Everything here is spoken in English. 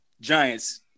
Giants